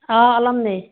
অঁ ওলাম দে